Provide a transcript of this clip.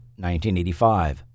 1985